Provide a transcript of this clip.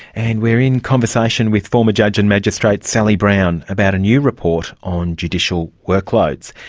and we're in conversation with former judge and magistrate sally brown about a new report on judicial workloads.